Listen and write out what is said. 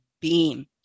beam